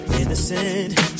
innocent